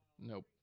Nope